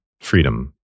freedom